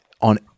on